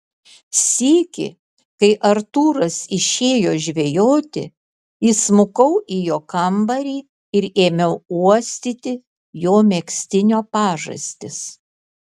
sykį kai artūras išėjo žvejoti įsmukau į jo kambarį ir ėmiau uostyti jo megztinio pažastis